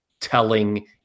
telling